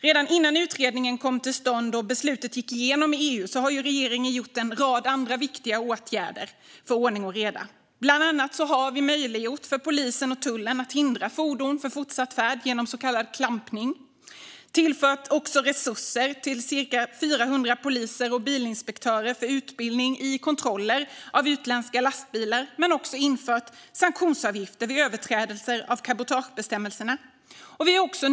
Redan innan utredningen kom till stånd och beslutet gick igenom i EU hade regeringen vidtagit en rad andra viktiga åtgärder för ordning och reda. Bland annat har vi möjliggjort för polisen och tullen att hindra fordon från fortsatt färd genom så kallad klampning. Vi har också tillfört resurser så att cirka 400 poliser och bilinspektörer utbildats i kontroller av utländska lastbilar samt infört sanktionsavgifter vid överträdelser av cabotagebestämmelserna.